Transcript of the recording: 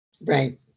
Right